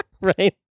Right